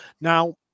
Now